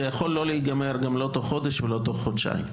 זה יכול להיות לא להיגמר גם לא תוך חודש ולא תוך חודשיים.